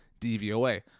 DVOA